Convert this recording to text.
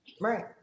Right